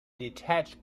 detached